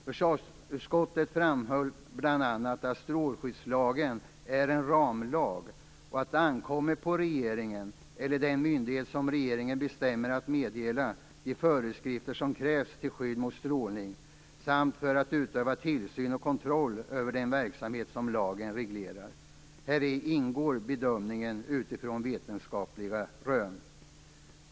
Försvarsutskottet framhöll bl.a. att strålskyddslagen är en ramlag och att det ankommer på regeringen eller den myndighet som regeringen bestämmer att meddela de föreskrifter som krävs till skydd mot strålning samt för att utöva tillsyn och kontroll över den verksamhet som lagen reglerar. Häri ingår bedömningen utifrån vetenskapliga rön.